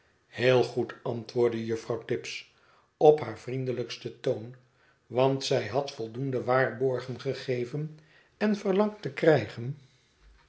heel goed antwoordde juffrouw tibbs op haar vriendelijksten toon want zij had voldoende waarborgen gegeven en verlangd te krijgen